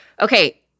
Okay